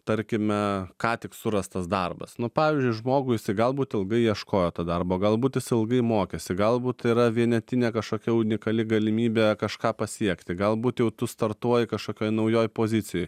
tarkime ką tik surastas darbas nu pavyzdžiui žmogui jisai galbūt ilgai ieškojo to darbo galbūt jis ilgai mokėsi galbūt tai yra vienetinė kažkokia unikali galimybė kažką pasiekti galbūt jau tu startuoji kažkokioj naujoj pozicijoj